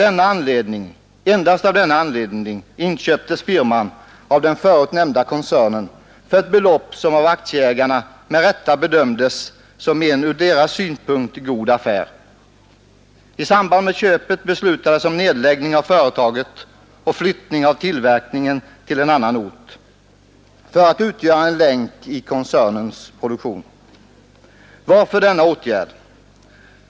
Endast av denna anledning inköptes firman av koncernen och detta för ett belopp som av aktieägarna med rätta bedömdes som fördelaktigt från deras synpunkt. I samband med köpet beslutades om nedläggning av företaget och om flyttning av tillverkningen till en annan ort för att där utgöra en länk i koncernens produktion. Varför denna åtgärd?